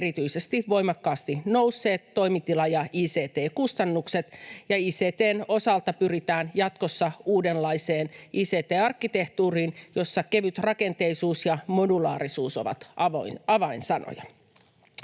erityisesti voimakkaasti nousseet toimitila- ja ict-kustannukset, ja ict:n osalta pyritään jatkossa uudenlaiseen ict-arkkitehtuuriin, jossa kevytrakenteisuus ja modulaarisuus ovat avainsanoja.